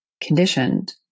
conditioned